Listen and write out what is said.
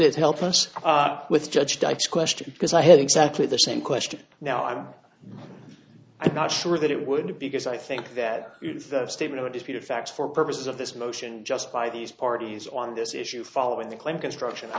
it help us with judge types question because i had exactly the same question now i'm not sure that it would because i think that the statement is made of facts for purposes of this motion just by these parties on this issue following the claim construction i